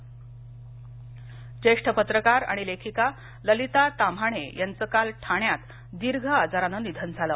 निधन ज्येष्ठ पत्रकार आणि लेखिका ललिता ताम्हाणे यांचं काल ठाण्यात दीर्घ आजारानं निधन झालं